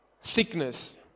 sickness